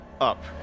up